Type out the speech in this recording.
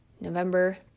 November